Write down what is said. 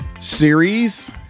series